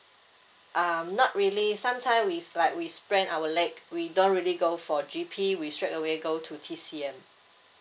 um not really sometime is like we sprain our leg we don't really go for G_P we straight away go to T_C_M